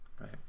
Right